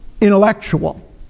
intellectual